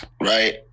right